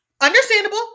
understandable